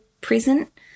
present